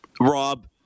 Rob